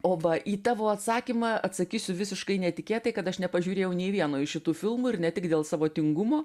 o va į tavo atsakymą atsakysiu visiškai netikėtai kad aš nepažiūrėjau nei vieno iš šitų filmų ir ne tik dėl savo tingumo